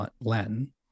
Latin